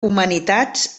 humanitats